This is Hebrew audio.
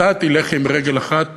אתה תלך עם רגל אחת